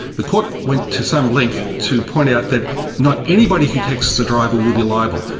the court went to some length to point out that not anybody who texts a driver will be liable,